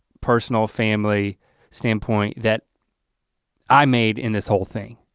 personal family standpoint that i made in this whole thing.